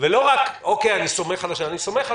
ולא רק זה שאני סומך על השופט.